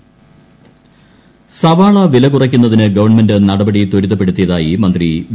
സവാള വില സവാള വില കുറയ്ക്കുന്നതിന് ഗവൺമെന്റ് നടപടി ത്വരിതപ്പെടുത്തിയതായി മന്ത്രി വി